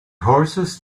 horses